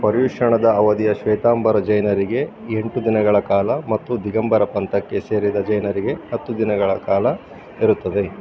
ಪರಿಶ್ರಮದ ಅವಧಿಯ ಶ್ವೇತಾಂಬರ ಜೈನರಿಗೆ ಎಂಟು ದಿನಗಳ ಕಾಲ ಮತ್ತು ದಿಗಂಬರ ಪಂಥಕ್ಕೆ ಸೇರಿದ ಜೈನರಿಗೆ ಹತ್ತು ದಿನಗಳ ಕಾಲ ಇರುತ್ತದೆ